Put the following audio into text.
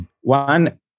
One